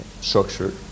structured